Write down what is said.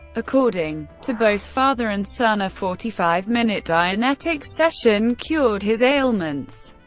according to both father and son, a forty five minute dianetics session cured his ailments.